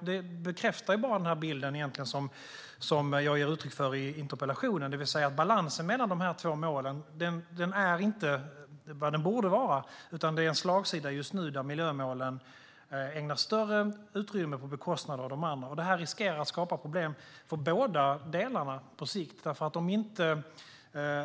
Det bekräftar bara den bild som jag ger uttryck för i interpellationen, det vill säga att balansen mellan de här två målen inte är vad den borde vara. Det är slagsida just nu där miljömålen ägnas större utrymme på bekostnad av den andra delen. Det här riskerar att skapa problem för båda delarna på sikt, därför att om inte